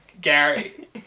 Gary